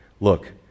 Look